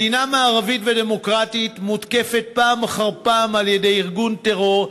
מדינה מערבית ודמוקרטית מותקפת פעם אחר פעם על-ידי ארגון טרור,